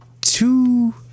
two